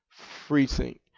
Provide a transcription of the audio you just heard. FreeSync